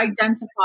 identify